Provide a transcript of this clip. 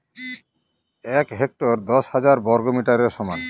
এক হেক্টর দশ হাজার বর্গমিটারের সমান